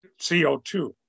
CO2